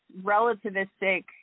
relativistic